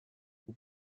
vous